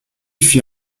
fit